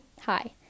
hi